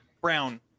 Brown